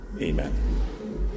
Amen